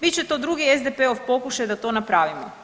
Bit će to drugi SDP-ov pokušaj da to napravimo.